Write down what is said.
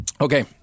okay